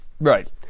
Right